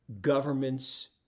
governments